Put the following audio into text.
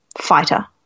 fighter